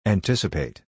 Anticipate